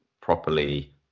properly